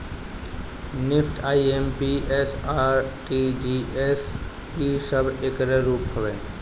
NEFT, IMPS, RTGS इ सब एकरे रूप हवे